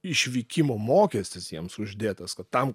išvykimo mokestis jiems uždėtas kad tam